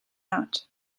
out